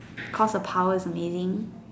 cause her power is amazing